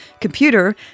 computer